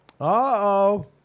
Uh-oh